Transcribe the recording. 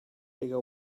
bigger